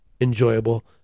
enjoyable